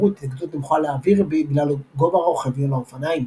מהירות התנגדות נמוכה לאוויר בגלל גובה הרוכב על האופניים.